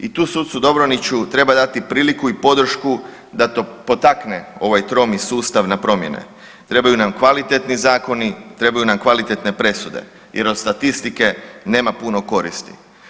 I tu sucu Dobroniću treba dati priliku i podršku da to potakne ovaj tromi sustav na promjene, trebaju nam kvalitetni zakoni, trebaju nam kvalitetne presude jer od statistike nema puno koristi.